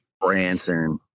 Branson